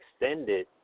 extended